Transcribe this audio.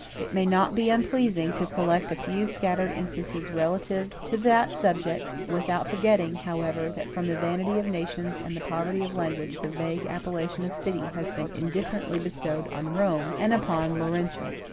it may not be unpleasing to collect a few scattered instances relative to that subject without forgetting, however, that from the vanity of nations and the poverty of language, the vague appellation of city has been indifferently bestowed on rome and upon laurentum.